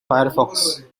firefox